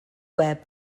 web